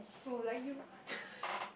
oh like you